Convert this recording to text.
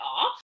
off